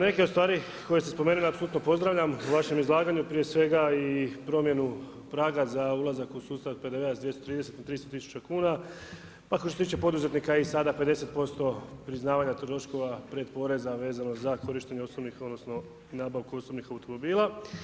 Neke od stvari koje sam spomenuo apsolutno pozdravljam u vašem izlaganju, prije svega i promjenu praga za ulazak u sustav PDV-a sa 230 na 300 tisuća kuna, a što se tiče poduzetnika i sada 50% priznavanja trgovačkoga pretporeza vezano za korištenje osobnih, odnosno nabavku osobnih automobila.